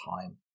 time